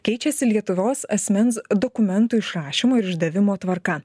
keičiasi lietuvos asmens dokumentų išrašymo ir išdavimo tvarka